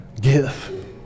give